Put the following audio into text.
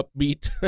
upbeat